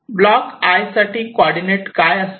block i' साठी coordinate काय असावेत